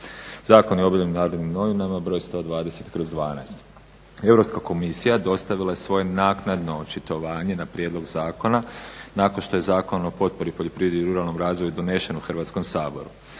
Zakon je objavljen u NN br. 120/2012. Europska komisija dostavila je svoje očitovanje na prijedlog zakona nakon što je Zakon o potpori poljoprivredi i ruralnom razvoju donesen u Hrvatskom saboru